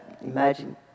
Imagine